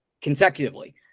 consecutively